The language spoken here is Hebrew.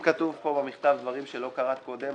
ואם כתוב פה במכתב דברים שלא קראת קודם,